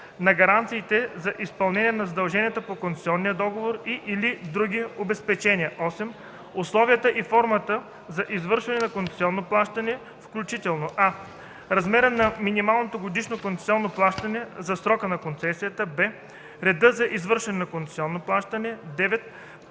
на гаранциите за изпълнение на задълженията по концесионния договор и/или други обезпечения; 8. условията и формата за извършване на концесионното плащане, включително: а) размера на минималното годишно концесионно плащане за срока на концесията; б) реда за извършване на концесионното плащане; 9.